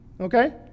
okay